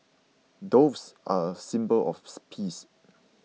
doves are a symbol of peace